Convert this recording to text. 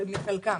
מחלקן.